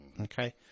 Okay